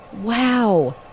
wow